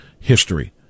history